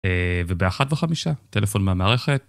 ובאחת וחמישה, טלפון מהמערכת.